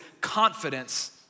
confidence